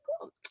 Cool